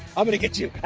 i'm gonna get you!